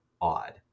odd